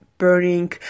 burning